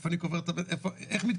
איפה אני קובר ואיך מתקדמים.